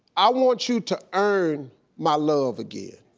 i want you to earn my love again.